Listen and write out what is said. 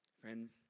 Friends